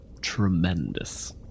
tremendous